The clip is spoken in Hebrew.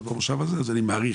במידה וכן, אז אני מעריך